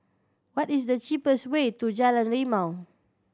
what is the cheapest way to Jalan Rimau